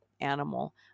animal